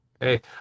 Hey